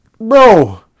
bro